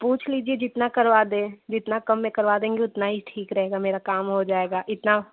पूछ लीजिए जितना करवा दे जितना कम में करवा देंगे उतना ही ठीक रहेगा मेरा काम हो जाएगा इतना